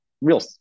real